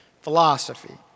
philosophy